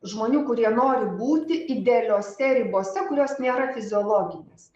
žmonių kurie nori būti idealiose ribose kurios nėra fiziologinės